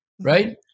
Right